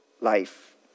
life